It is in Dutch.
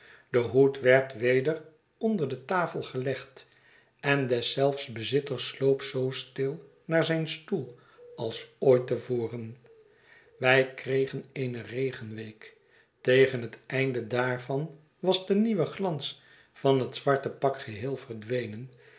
fie hoed werd weder onder de tafel gelegd en deszelfs bezitter sloop zoo stil naar zyn stoel als ooit te voren wij kregen eene regenweek tegen het einde daarvan was de nieuwe glans van het zwarte pak geheel verdwenen